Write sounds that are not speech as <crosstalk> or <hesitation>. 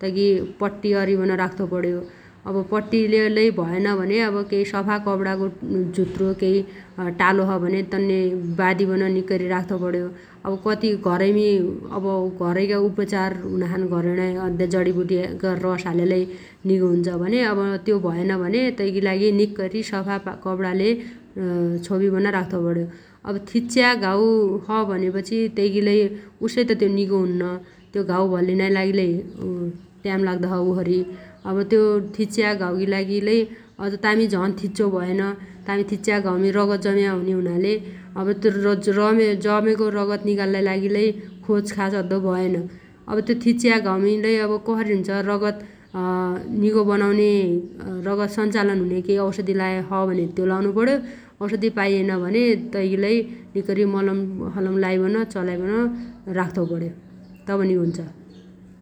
तैगी पट्टी अरिबन राख्तोपण्यो । अब पट्टीलेलै भयन भने अब केइ सफा कपडागो झुत्रो केइ टालो छ भने तन्ने बादिबन निक्कैरी राख्तोपण्यो । अब कति घरैमी <hesitation> घरगा उपचार हुनाछन् घरणाइ अद्दे जडिबुटीगा रस हालेलै निगो हुन्छ भने अब त्यो भयइन भने तैगी लागि निक्कैरी सफा पा कपडाले छोपिबन राख्तुपण्यो । अब थिच्च्या घाउ छ भनेपछि तैगी लै उस्सै त त्यो निगो हुन्न त्यो घाउ भल्लिनाइ लागि लै <hesitation> ट्याम लाग्दछ उसरी । अब त्यो थिच्च्या घाउगी लागिलै अज तामी झन थिच्चो भयइन । तामी थिच्च्या घाउमी रगत जम्या हुने हुनाले अब त्यो रमेगो_जमेगो रगत निकाल्लाइ लागि लै खोचखाच अद्दो भयइन । अब त्यो थिच्च्या घाउमी लै अब कसरी हुन्छ रगत <hesitation> निगो बनाउने रगत सञ्चालन हुने केइ औषधी लाया छ भने त्यो लाउनुपण्यो । औषधी पाइयइन भने तैगी लै निक्कैरी मलम सलम लाइबन चलाइबन राख्तो पण्यो तब निगो हुन्छ ।